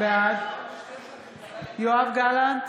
בעד יואב גלנט,